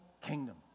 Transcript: kingdom